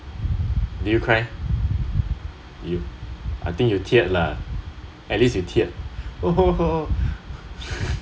did you cry you I think you teared lah at least you teared